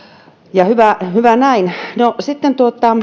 ja hyvä näin sitten